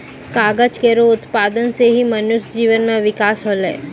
कागज केरो उत्पादन सें ही मनुष्य जीवन म बिकास होलै